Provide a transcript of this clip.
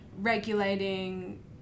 regulating